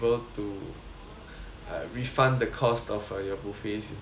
uh refund the cost of uh your buffets is that okay